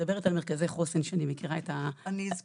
מרכזי חוסן ואני יודעת